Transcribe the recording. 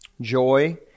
joy